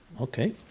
Okay